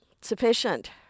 sufficient